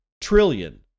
trillion